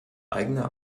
eigener